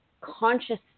conscious